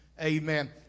Amen